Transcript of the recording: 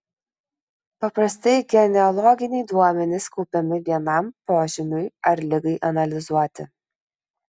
paprastai genealoginiai duomenys kaupiami vienam požymiui ar ligai analizuoti